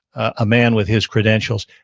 a man with his credentials,